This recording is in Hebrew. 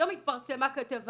היום התפרסמה כתבה